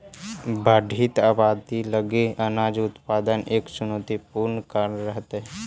बढ़ित आबादी लगी अनाज उत्पादन एक चुनौतीपूर्ण कार्य रहेतइ